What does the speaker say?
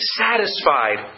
satisfied